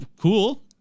cool